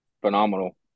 Phenomenal